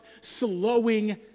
slowing